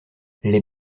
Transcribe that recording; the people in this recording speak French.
les